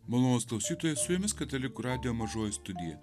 malonūs klausytojai su jumis katalikų radijo mažoji studija